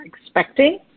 expecting